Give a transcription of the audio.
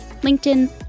LinkedIn